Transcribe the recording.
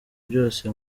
byose